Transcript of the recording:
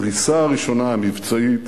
הפריסה הראשונה המבצעית,